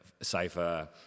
safer